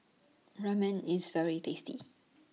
Ramen IS very tasty